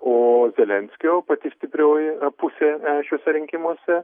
o zelenskio pati stiprioji pusė šiuose rinkimuose